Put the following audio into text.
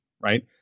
right